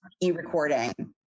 e-recording